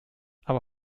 aber